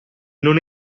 non